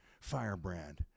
firebrand